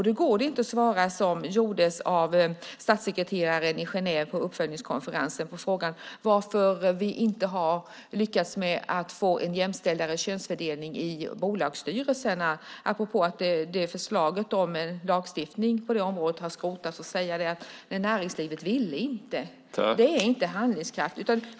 Då går det inte att svara som statssekreteraren i Genève på uppföljningskonferensen gjorde på frågan om varför vi inte har lyckats med att få en mer jämställd könsfördelning i bolagsstyrelserna, apropå att förslaget om en lagstiftning på det området har skrotats. Statssekreteraren svarade att näringslivet inte ville. Det är inte handlingskraft.